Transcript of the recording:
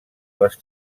les